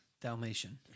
Dalmatian